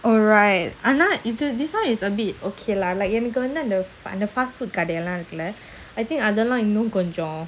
oh right ஆனாஇது:ana idhu this [one] is a bit okay lah like எனக்குவந்துஇந்த:enaku vandhu indha the the fast food கடலாம்இருக்குல்ல:kadalam irukula I think அதெல்லாம்கொஞ்சம்:adhellam konjam